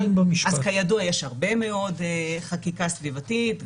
אז כידוע יש הרבה מאוד חקיקה סביבתית,